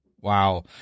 Wow